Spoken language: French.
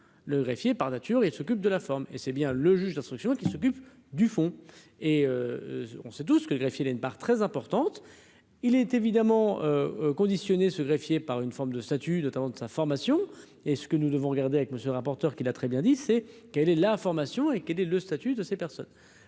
le greffier par nature, il s'occupe de la forme et c'est bien le juge d'instruction qui s'occupe du fond et on sait tous que greffier là une part très importante, il est évidemment conditionné ce greffier par une forme de statut de talent de sa formation et ce que nous devons regarder avec monsieur le rapporteur, qui l'a très bien dit, c'est qu'elle est la formation, quel est le statut de ces personnes